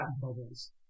bubbles